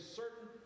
certain